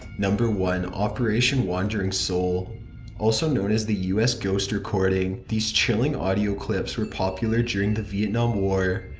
number one. operation wandering soul also known as the u s ghost recordings, these chilling audio clips were popular during the vietnam war.